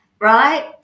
right